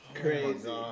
Crazy